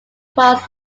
across